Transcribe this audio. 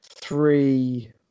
three